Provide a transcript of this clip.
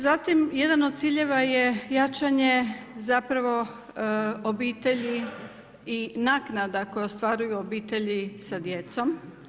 Zatim jedan od ciljeva je jačanje zapravo obitelji i naknada koje ostvaruju obitelji sa djecom.